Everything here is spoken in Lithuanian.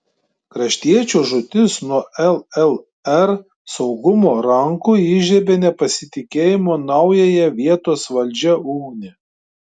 kraštiečio žūtis nuo llr saugumo rankų įžiebė nepasitikėjimo naująją vietos valdžia ugnį